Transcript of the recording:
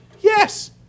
Yes